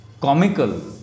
comical